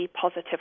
positive